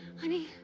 honey